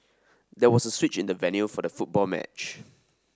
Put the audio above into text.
there was a switch in the venue for the football match